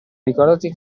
ricordati